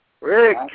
Rick